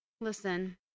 Listen